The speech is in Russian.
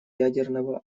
ядерного